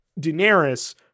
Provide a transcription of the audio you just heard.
Daenerys